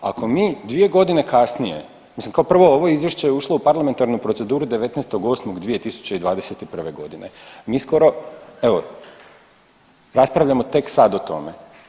Ako mi 2 godine kasnije, mislim kao prvo izvješće je ušlo u parlamentarnu proceduru 19.8.2021. godine, mi skoro evo raspravljamo tek sad o tome.